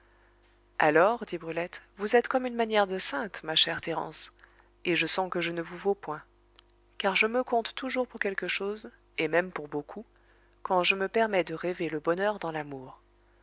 alors dit brulette vous êtes comme une manière de sainte ma chère thérence et je sens que je ne vous vaux point car je me compte toujours pour quelque chose et même pour beaucoup quand je me permets de rêver le bonheur dans l'amour